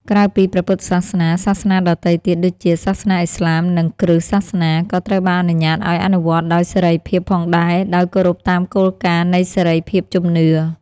ក្រៅពីព្រះពុទ្ធសាសនា សាសនាដទៃទៀតដូចជា សាសនាឥស្លាម និងគ្រិស្តសាសនា ក៏ត្រូវបានអនុញ្ញាតឱ្យអនុវត្តដោយសេរីភាពផងដែរ ដោយគោរពតាមគោលការណ៍នៃសេរីភាពជំនឿ។